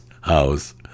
house